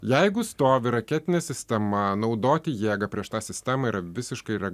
jeigu stovi raketinė sistema naudoti jėgą prieš tą sistemą yra visiškai yra